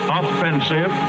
offensive